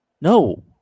No